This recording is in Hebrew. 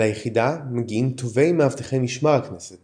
אל היחידה מגיעים טובי מאבטחי משמר הכנסת